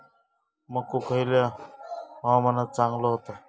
मको खयल्या हवामानात चांगलो होता?